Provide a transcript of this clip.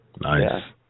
Nice